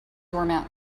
doormat